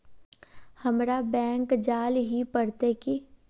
हमरा बैंक जाल ही पड़ते की?